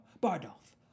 Bardolph